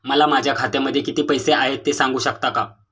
मला माझ्या खात्यामध्ये किती पैसे आहेत ते सांगू शकता का?